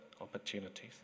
opportunities